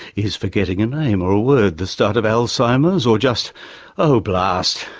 is forgetting a name or a word the start of alzheimer's or just oh blast,